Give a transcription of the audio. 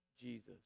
Jesus